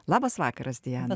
labas vakaras diana